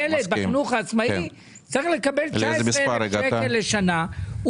ילד בחינוך העצמאי צריך לקבל 19,000 שקל לשנה,